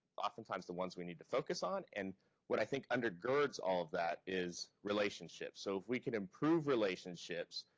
oftentimes the ones we need to focus on. and what i think undergirds all of that is relationships. so if we can improve relationships.